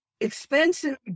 expensive